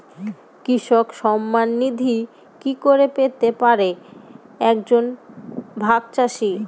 কৃষক সন্মান নিধি কি করে পেতে পারে এক জন ভাগ চাষি?